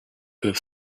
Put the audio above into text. have